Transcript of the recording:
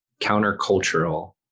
countercultural